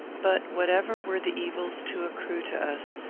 but, whatever were the evils to accrue to us,